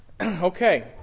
Okay